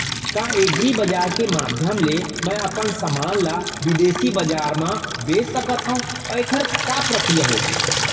का एग्रीबजार के माधयम ले मैं अपन समान ला बिदेसी बजार मा बेच सकत हव अऊ एखर का प्रक्रिया होही?